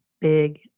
big